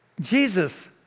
Jesus